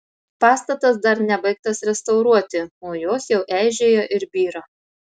pastatas dar nebaigtas restauruoti o jos jau eižėja ir byra